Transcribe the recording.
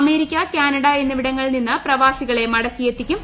America Canada എന്നിവിടങ്ങളിൽ നിന്ന് പ്രവാസികളെ മടക്കി എത്തിക്കും